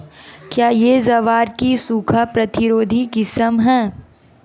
क्या यह ज्वार की सूखा प्रतिरोधी किस्म है?